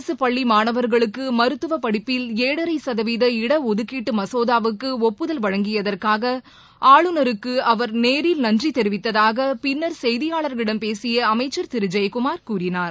அரசுப் பள்ளி மாணவர்களுக்கு மருத்துவ படிப்பில் ஏழரை சதவீத இடஒதுக்கீட்டு மசோதாவுக்கு ஒப்புதல் வழங்கியதற்காக ஆளுநருக்கு அவர் நேரில் நன்றி தெரிவித்ததாக பின்னர் செய்தியாளர்களிடம் பேசிய அமைச்சர் திரு ஜெயக்குமார் கூறினார்